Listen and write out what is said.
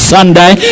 Sunday